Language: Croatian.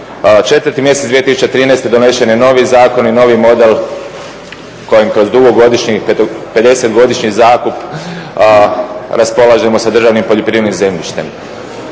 4. mjesec 2013. donesen je novi zakon i novi model kojim kroz dugogodišnji 50-godišnji zakup raspolažemo sa državnim poljoprivrednim zemljištem.